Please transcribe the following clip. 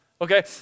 Okay